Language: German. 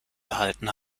erhalten